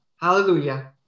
Hallelujah